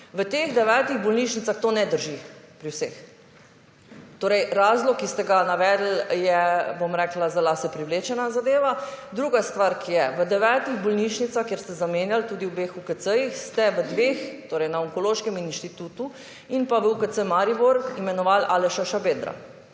V tej devetih bolnišnicah to ne drži pri vseh. Torej, razlog, ki ste ga navedli je, bom rekla, za lase privlečena zadeva. Druga stvar, ki je, v devetih bolnišnicah kjer ste zamenjali, tudi v obeh UKC-jih, ste v dveh, torej na Onkološkem inštitutu in v UKC Maribor imenovali Aleša Šabedra.